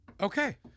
Okay